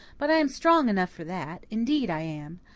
but i am strong enough for that. indeed i am.